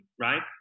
right